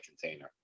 container